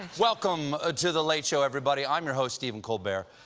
and welcome ah to the late show, everybody. i'm your host stephen colbert.